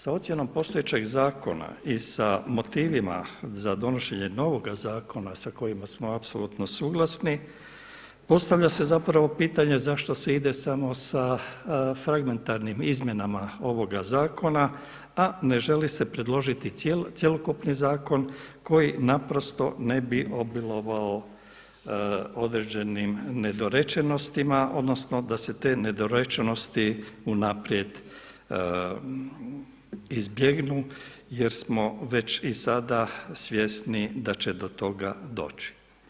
Sa ocjenom postojećeg zakona i sa motivima za donošenje novoga zakona sa kojima smo apsolutno suglasni postavlja se zapravo pitanje zašto se ide samo sa fragmentarnim izmjenama ovoga zakona, a ne želi se predložiti cjelokupni zakon koji naprosto ne bi obilovao određenim nedorečenostima, odnosno da se te nedorečenosti unaprijed izbjegnu jer smo već i sada svjesni da će do toga doći.